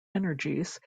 energies